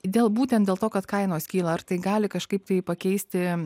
dėl būtent dėl to kad kainos kyla ar tai gali kažkaip tai pakeisti